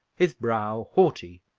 his brow haughty,